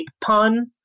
pun